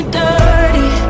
dirty